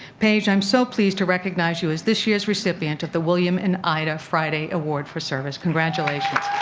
paige, i am so pleased to recognize you as this year's recipient of the william and ida friday award for service. congratulations.